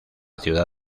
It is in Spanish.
ciudad